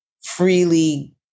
freely